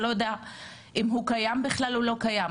לא יודע אם הוא קיים בכלל או לא קיים,